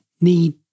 need